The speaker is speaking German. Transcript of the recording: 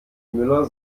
müller